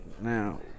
now